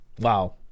wow